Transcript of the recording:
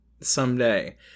Someday